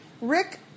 Rick